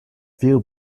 few